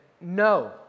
no